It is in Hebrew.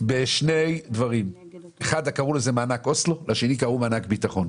אם זאת ההחלטה,